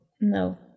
No